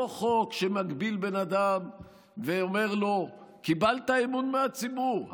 לא חוק שמגביל בן אדם ואומר לו: קיבלת אמון מהציבור?